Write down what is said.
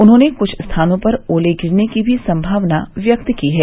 उन्होंने कुछ स्थानों पर ओले गिरने की भी सम्भावना व्यक्त की है